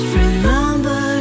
remember